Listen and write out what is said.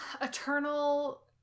eternal